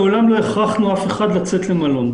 מעולם לא הכרחנו אף אחד לצאת למלון,